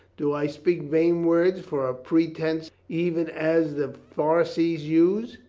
do i speak vain words for a pretense, even as the pharisees use?